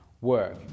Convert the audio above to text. Work